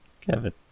Kevin